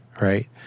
right